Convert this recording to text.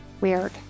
weird